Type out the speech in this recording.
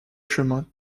chemins